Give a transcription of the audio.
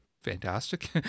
fantastic